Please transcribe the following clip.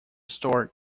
store